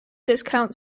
discount